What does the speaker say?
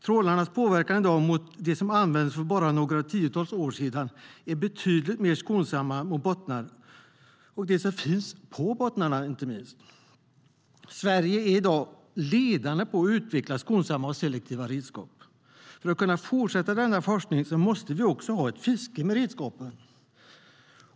Jämfört med de trålar som användes för bara några tiotals år sedan är trålarna i dag betydligt mer skonsamma mot bottnar och inte minst mot det som finns på bottnarna. Sverige är i dag ledande på att utveckla skonsamma och selektiva redskap. För att kunna fortsätta denna forskning måste vi också ha ett fiske med redskapen.